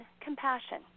compassion